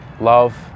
love